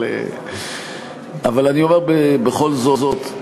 אבל אני אומר בכל זאת,